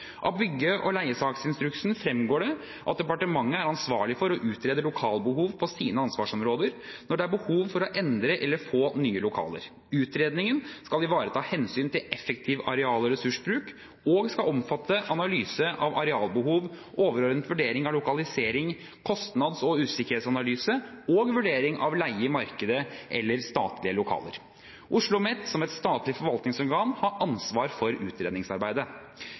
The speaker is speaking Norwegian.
Av bygge- og leiesaksinstruksen fremgår det at departementene er ansvarlige for å utrede lokalbehov på sine ansvarsområder, når det er behov for å endre eller få nye lokaler. Utredningen skal ivareta hensynet til effektiv areal- og ressursbruk og skal omfatte analyse av arealbehov, overordnet vurdering av lokalisering, kostnads- og usikkerhetsanalyse og vurdering av leie i markedet eller statlige lokaler. OsloMet, som et statlig forvaltningsorgan, har ansvar for utredningsarbeidet.